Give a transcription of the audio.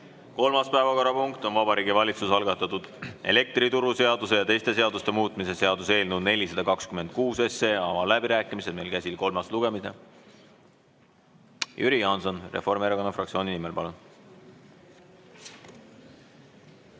Kolmas päevakorrapunkt on Vabariigi Valitsuse algatatud elektrituruseaduse ja teiste seaduste muutmise seaduse eelnõu 426. Avan läbirääkimised. Meil on käsil kolmas lugemine. Jüri Jaanson Reformierakonna fraktsiooni nimel, palun!